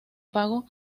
pago